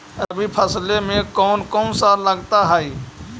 रबी फैसले मे कोन कोन सा लगता हाइय?